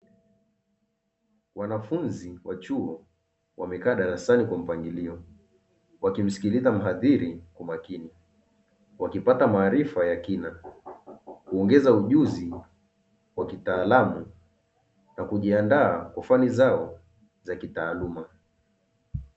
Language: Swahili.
Wanafunzi wa chuo wamekaa darasani kwa mpangilio wakimsikilza mhadhiri kwa makini, wakipata maarifa ya kina, kuongeza ujuzi wa kitaalamu na kujiandaa kwa fani zao za kitaaluma.